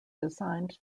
designed